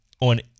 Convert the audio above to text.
on